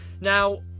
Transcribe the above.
now